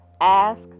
ask